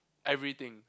everything